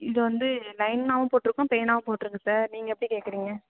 இது வந்து லைனாகவும் போட்டுருக்கும் ப்ளைனாகவும் போட்டுருக்கு சார் நீங்கள் எப்படி கேட்குறீங்க